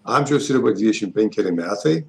amžiaus riba dvidešim penkeri metai